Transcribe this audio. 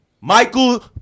Michael